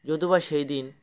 যদিও বা সেই দিন